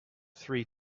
three